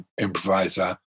improviser